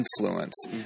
influence